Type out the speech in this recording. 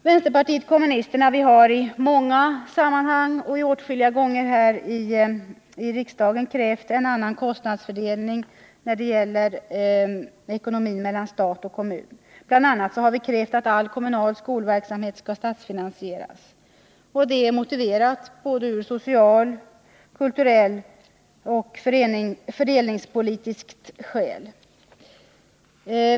Vänsterpartiet kommunisterna har i många sammanhang och åtskilliga gånger här i riksdagen krävt en annan kostnadsfördelning mellan stat och kommun. Bl. a. har vi krävt att all kommunal skolverksamhet skall statsfinansieras. Det är motiverat av sociala, kulturella och fördelningspolitiska skäl.